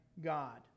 God